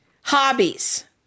Hobbies